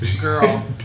girl